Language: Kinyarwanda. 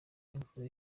imvura